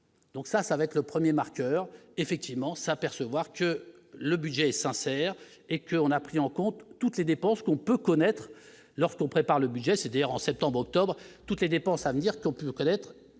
donc ça, ça va être le 1er marqueur effectivement s'apercevoir que le budget est sincère et que l'on a pris en compte toutes les dépenses qu'on peut connaître lorsqu'on prépare le budget, c'est-à-dire en septembre, octobre, toutes les dépenses à me dire qu'on peut connaître